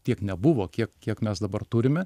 tiek nebuvo kiek kiek mes dabar turime